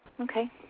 Okay